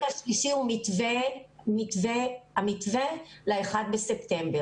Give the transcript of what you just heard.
החלק השלישי הוא המתווה לאחד בספטמבר.